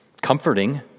comforting